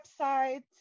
website